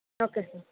okay sir